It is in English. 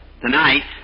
tonight